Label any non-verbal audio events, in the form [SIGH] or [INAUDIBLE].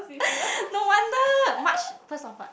[NOISE] no wonder March first of March